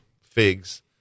Figs